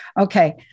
Okay